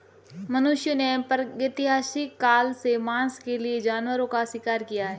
मनुष्यों ने प्रागैतिहासिक काल से मांस के लिए जानवरों का शिकार किया है